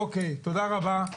תודה רבה.